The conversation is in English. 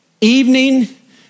Evening